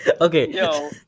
Okay